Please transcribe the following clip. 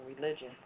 religion